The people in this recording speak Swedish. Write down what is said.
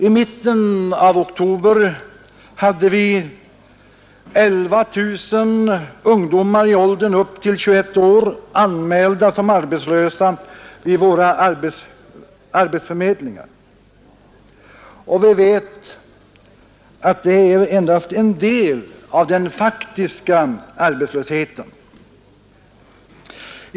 I mitten av oktober hade vi 11 000 ungdomar i åldern upp till 21 år anmälda som arbetslösa vid våra arbetsförmedlingar, och vi vet att detta är endast en del av den faktiska arbetslösheten.